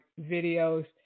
videos